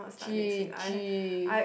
G G